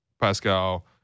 pascal